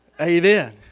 Amen